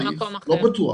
לא בטוח,